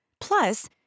Plus